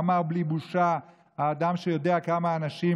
אמר בלי בושה האדם שיודע כמה אנשים